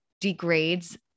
degrades